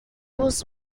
was